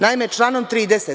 Naime, članom 30.